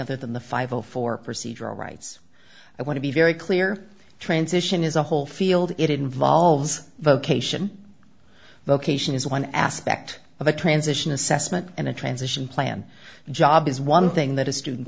other than the five of four procedural rights i want to be very clear transition is a whole field it involves vocation vocation is one aspect of a transition assessment and a transition plan job is one thing that a student